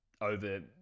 over